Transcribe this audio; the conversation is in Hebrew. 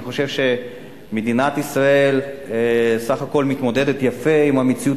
אני חושב שמדינת ישראל בסך הכול מתמודדת יפה עם המציאות